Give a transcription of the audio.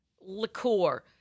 liqueur